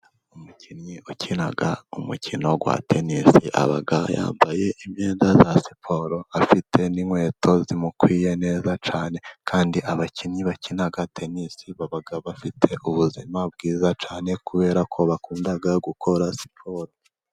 Umukinnyi ukina umukino wa tenisi aba yambaye imyenda ya siporo afite n'inkweto zimukwiye neza cyane, kandi abakinnyi bakinaga tenisi baba bafite ubuzima bwiza cyane, kubera ko bakunda gukora siporo.